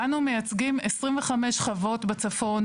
אנחנו מייצגים 25 חוות בצפון,